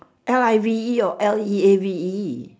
L I V E or L E A V E